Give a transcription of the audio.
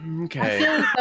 okay